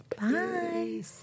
Bye